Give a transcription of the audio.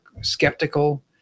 skeptical